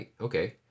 okay